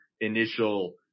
initial